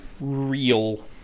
real